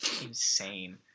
insane